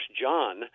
John